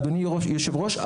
אדוני היושב-ראש,